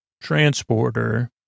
transporter